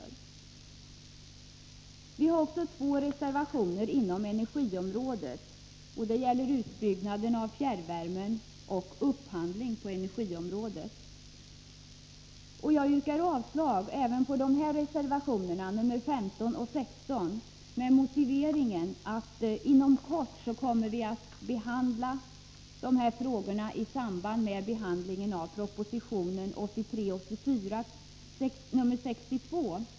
Reservationerna 15 och 16 gäller utbyggnaden av fjärrvärmen och upphandling på energiområdet. Jag yrkar avslag även på de reservationerna, med motiveringen att vi inom kort kommer att behandla dessa frågor i samband med proposition 1983/84:62.